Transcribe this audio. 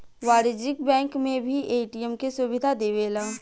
वाणिज्यिक बैंक भी ए.टी.एम के सुविधा देवेला